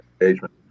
engagement